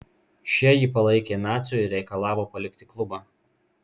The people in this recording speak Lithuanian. šie jį palaikė naciu ir reikalavo palikti klubą